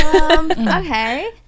okay